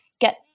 get